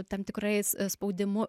tam tikrais spaudimu